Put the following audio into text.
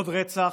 עוד רצח,